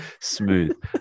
Smooth